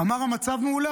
אמר: המצב מעולה,